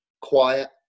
quiet